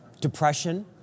depression